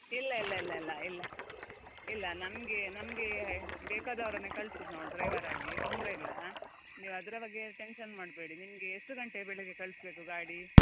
ಇಲ್ಲ ಇಲ್ಲ ಇಲ್ಲ ಇಲ್ಲ ಇಲ್ಲ ಇಲ್ಲ ನಮಗೆ ನಮಗೆ ಬೇಕಾದವರನ್ನೇ ಕಳ್ಸುದು ನಾವು ಡ್ರೈವರ್ ಆಗಿ ತೊಂದರೆ ಇಲ್ಲ ನೀವು ಅದರ ಬಗ್ಗೆ ಟೆನ್ಶನ್ ಮಾಡಬೇಡಿ ನಿಮಗೆ ಎಷ್ಟು ಗಂಟೆ ಬೆಳಿಗ್ಗೆ ಕಳಿಸ್ಬೇಕು ಗಾಡಿ